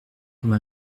comme